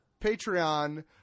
Patreon